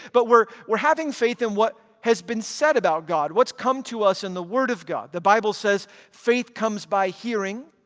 but we're we're having faith in what has been said about god, what's come to us and the word of god. the bible says, faith comes by hearing,